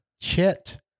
Chet